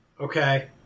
Okay